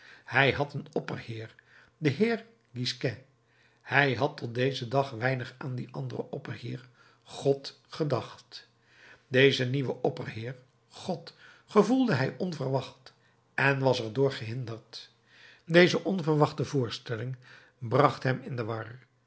hij had een opperheer den heer gisquet hij had tot dezen dag weinig aan dien anderen opperheer god gedacht dezen nieuwen opperheer god gevoelde hij onverwacht en was er door gehinderd deze onverwachte voorstelling bracht hem in de war